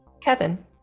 Kevin